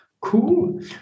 Cool